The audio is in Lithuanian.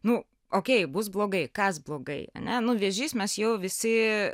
nu okey bus blogai kas blogai ane nu vėžys mes jau visi